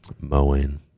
mowing